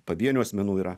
pavienių asmenų yra